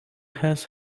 has